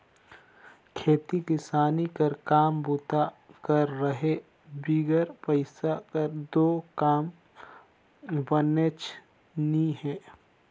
खेती किसानी कर काम बूता कर रहें बिगर पइसा कर दो काम बननेच नी हे